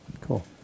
Cool